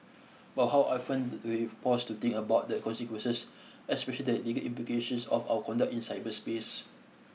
but how often do we pause to think about the consequences especial the legal implications of our conduct in cyberspace